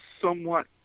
somewhat